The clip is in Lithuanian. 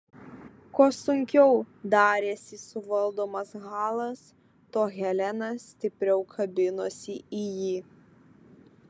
kuo sunkiau darėsi suvaldomas halas tuo helena stipriau kabinosi į jį